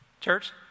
Church